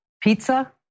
Pizza